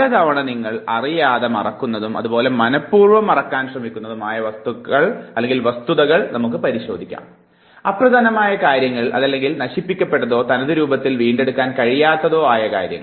പലതവണ നിങ്ങൾ അറിയാതെ മറക്കുന്നതും അതുപോലെ മനപ്പൂർവ്വം മറക്കാൻ ശ്രമിക്കുന്നതുമായ വസ്തുതകൾ നമുക്ക് പരിശോധിക്കാം അപ്രധാനമായ കാര്യങ്ങൾ അതല്ലെങ്കിൽ നശിപ്പിക്കപ്പെട്ടതോ തനതുരൂപത്തിൽ വീണ്ടെടുക്കാൻ കഴിയാത്തതോ ആയ കാര്യങ്ങൾ